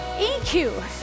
EQ